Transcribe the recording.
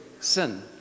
sin